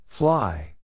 Fly